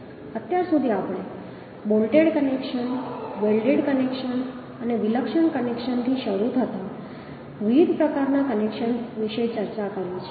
અત્યાર સુધી આપણે બોલ્ટેડ કનેક્શન્સ વેલ્ડેડ કનેક્શન્સ અને વિલક્ષણ કનેક્શન્સથી શરૂ થતા વિવિધ પ્રકારના કનેક્શન્સ વિશે ચર્ચા કરી છે